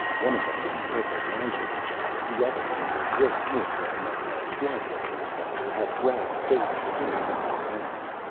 one of them in purple lounging pajamas, the other in the gray uniform of a slidewalk inspector, had grabbed fay's skinny upper arms,